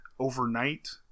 Overnight